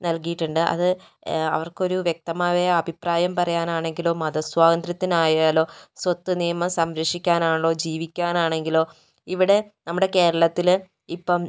നൽകിയിട്ട് ഉണ്ട് അത് അവർക്ക് ഒരു വ്യക്തമായ അഭിപ്രായം പറയാൻ ആണെങ്കിലോ മത സ്വാതന്ത്ര്യത്തിന് ആയാലോ സ്വത്ത് നിയമം സംരക്ഷിക്കാൻ ആണെലോ ജീവിക്കാൻ ആണെങ്കിലോ ഇവിടെ നമ്മുടെ കേരളത്തില് ഇപ്പം